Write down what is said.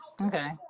Okay